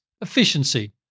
Efficiency